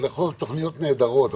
התכניות היו תכניות נהדרות,